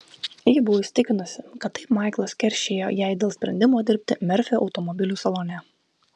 ji buvo įsitikinusi kad taip maiklas keršija jai dėl sprendimo dirbti merfio automobilių salone